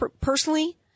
personally